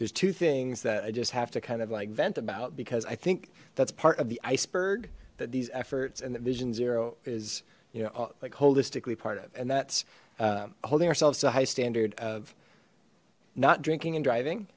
there's two things that i just have to kind of like vent about because i think that's part of the iceberg that these efforts and the vision zero is you know like holistically part of and that's uh holding ourselves to a high standard of not drinking and driving